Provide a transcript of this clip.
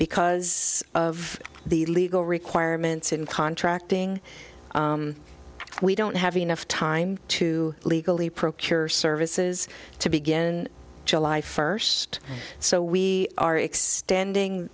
because of the legal requirements in contracting we don't have enough time to legally procure services to begin july first so we are extending